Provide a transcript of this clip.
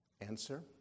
Answer